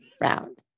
round